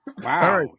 Wow